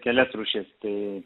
kelias rūšis tai